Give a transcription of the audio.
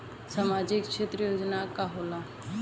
सामाजिक क्षेत्र योजना का होला?